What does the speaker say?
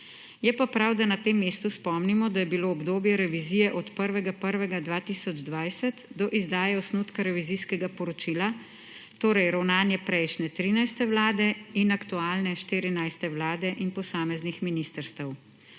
Je pa prav, da na tem mestu spomnimo, da je bilo obdobje revizije od 1. 1. 2020 do izdaje osnutka revizijskega poročila, torej ravnanje prejšnje, 13. vlade, in aktualne 14. vlade in posameznih ministrstev.